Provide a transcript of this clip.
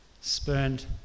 spurned